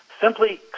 simply